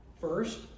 First